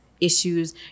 issues